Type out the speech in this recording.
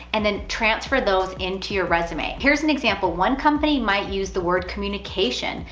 and then transfer those into your resume. here's an example, one company might use the word communication,